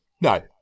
No